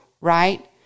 right